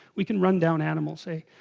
we can run down animals say